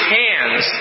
hands